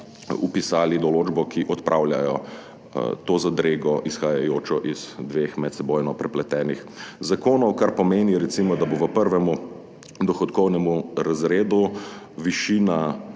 vpisali določbo, ki odpravlja to zadrego, izhajajočo iz dveh medsebojno prepletenih zakonov, kar pomeni, recimo, da bo v prvem dohodkovnem razredu višina